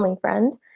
friend